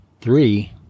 Three